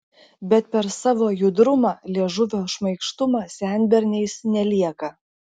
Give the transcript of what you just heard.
bet per savo judrumą liežuvio šmaikštumą senberniais nelieka